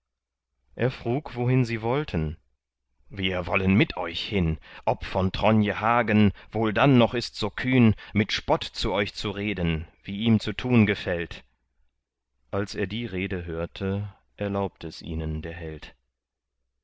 er frug wohin sie wollten wir wollen mit euch hin ob von tronje hagen wohl dann noch ist so kühn mit spott zu euch zu reden wie ihm zu tun gefällt als er die rede hörte erlaubt es ihnen der held